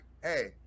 hey